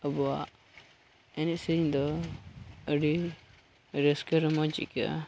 ᱟᱵᱚᱣᱟᱜ ᱮᱱᱮᱡ ᱥᱮᱨᱮᱧ ᱫᱚ ᱟᱹᱰᱤ ᱨᱟᱹᱥᱠᱟᱹ ᱨᱚᱢᱚᱡᱽ ᱟᱹᱭᱠᱟᱹᱜᱼᱟ